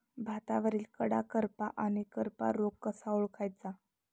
भातावरील कडा करपा आणि करपा रोग कसा ओळखायचा?